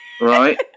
right